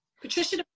patricia